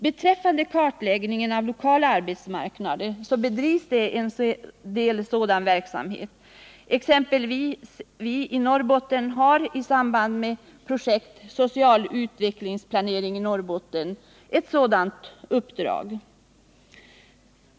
Beträffande kartläggning av lokala arbetsmarknader är att märka att det bedrivs en del sådan verksamhet, exempelvis i Norrbotten i samband med projektet Social utvecklingsplanering i Norrbotten.